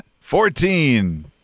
Fourteen